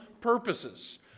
purposes